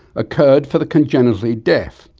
occurred for the congenitally deaf,